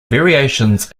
variations